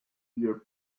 severe